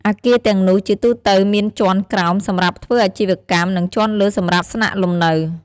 អគារទាំងនោះជាទូទៅមានជាន់ក្រោមសម្រាប់ធ្វើអាជីវកម្ម និងជាន់លើសម្រាប់ស្នាក់លំនៅ។